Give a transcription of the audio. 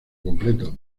completo